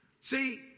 See